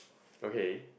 okay